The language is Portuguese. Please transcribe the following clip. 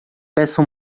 peça